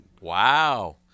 Wow